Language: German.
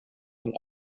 einen